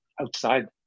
outside